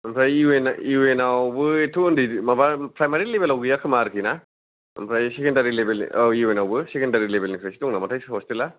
आमफाय इउएन इउएनयावबो एथट' उन्दै माबा प्राइमारि लेभेलाव गैया खोमा आरोखिना आमफ्राय सेकेण्डारि लभेल इउएनआवबो सेकेण्डारि लेभेलनिफ्रायसो दं नामाथाय हस्टेला